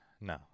no